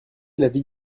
l’avis